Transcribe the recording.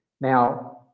now